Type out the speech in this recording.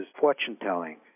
fortune-telling